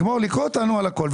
רק דבר אחרון.